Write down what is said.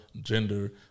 gender